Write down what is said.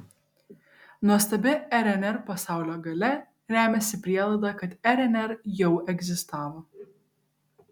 nuostabi rnr pasaulio galia remiasi prielaida kad rnr jau egzistavo